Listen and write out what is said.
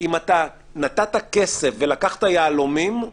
אם אתה נתת כסף ולקחת יהלומים,